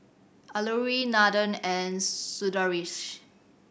Alluri Nathan and Sundaresh